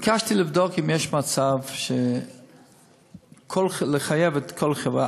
ביקשתי לבדוק אם יש מצב לחייב כל חברה,